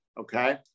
Okay